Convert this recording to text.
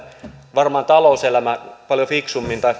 varmaan talouselämä tai